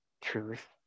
truth